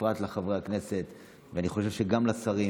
בפרט לחברי הכנסת ואני חושב שגם לשרים,